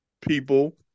people